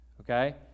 okay